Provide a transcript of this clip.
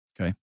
Okay